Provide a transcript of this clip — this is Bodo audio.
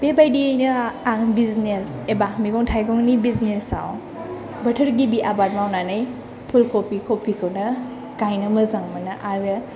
बे बायदियैनो आं बिजनेस एबा मैगं थाइगंनि बिजनेसआव बोथोर गिबि आबाद मावनानै फुलकभि कभि खौनो गायनो मोजां मोनो आरो